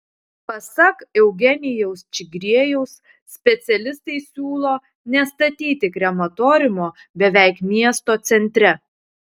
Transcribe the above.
pasak eugenijaus čigriejaus specialistai siūlo nestatyti krematoriumo beveik miesto centre